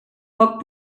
poc